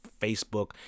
Facebook